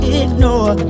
ignore